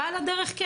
ועל הדרך,